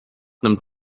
nimmt